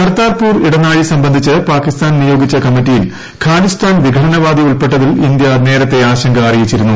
കർത്താർപ്പൂർ ഇടനാഴി സംബന്ധിച്ച് പാകിസ്ഥാൻ നിയോഗിച്ച കമ്മിറ്റിയിൽ ഖാലിസ്ഥാൻ വിഘടനവാദി ഉൾപ്പെട്ടതിൽ ഇന്ത്യ നേരത്തെ ആശങ്ക അറിയിച്ചിരുന്നു